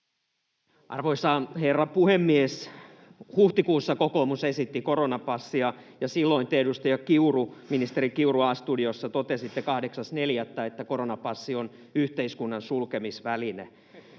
Arvoisa herra puhemies! Huhtikuussa kokoomus esitti koronapassia, ja silloin te, ministeri Kiuru, A-studiossa totesitte 8.4., että koronapassi on yhteiskunnan sulkemisväline.